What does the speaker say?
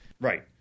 Right